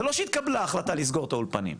זה לא שהתקבלה החלטה לסגור את האולפנים.